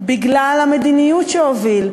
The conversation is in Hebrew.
בגלל המדיניות שהוביל,